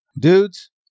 Dudes